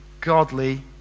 godly